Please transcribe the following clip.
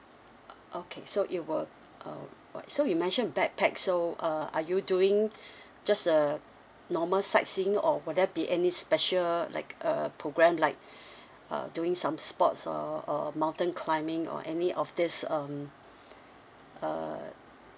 o~ okay so it were uh what so you mention backpack so uh are you doing just a normal sightseeing or would there be any special like a programme like uh doing some sports or or mountain climbing or any of this um uh